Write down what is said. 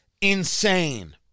insane